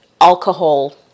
alcohol